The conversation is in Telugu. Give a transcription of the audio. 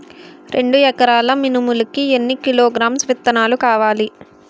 రెండు ఎకరాల మినుములు కి ఎన్ని కిలోగ్రామ్స్ విత్తనాలు కావలి?